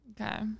Okay